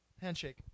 Handshake